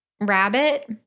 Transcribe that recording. rabbit